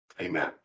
Amen